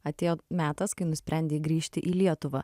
atėjo metas kai nusprendei grįžti į lietuvą